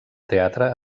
teatre